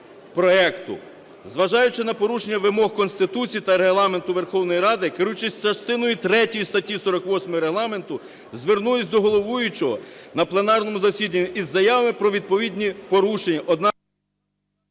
проекту. Зважаючи на порушення вимог Конституції та Регламенту Верховної Ради, керуючись частиною третьою статті 48 Регламенту, звернулись до головуючого на пленарному засіданні із заявами про відповідні порушення…